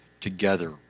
together